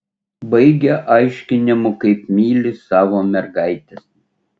baigia aiškinimu kaip myli savo mergaites